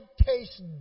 taste